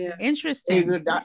interesting